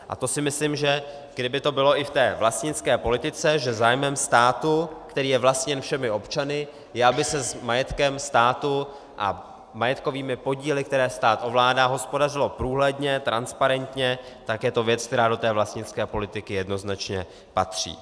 A to si myslím, kdyby to bylo i v té vlastnické politice, že zájmem státu, který je vlastněn všemi občany, je, aby se s majetkem státu a majetkovými podíly, které stát ovládá, hospodařilo průhledně, transparentně, tak je to věc, která do té vlastnické politiky jednoznačně patří.